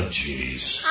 jeez